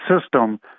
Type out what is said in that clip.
system